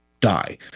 die